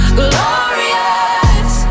glorious